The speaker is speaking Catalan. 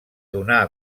donar